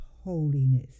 holiness